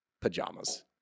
pajamas